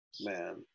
man